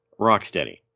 Rocksteady